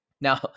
Now